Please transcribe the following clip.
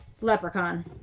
Leprechaun